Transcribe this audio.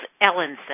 Ellenson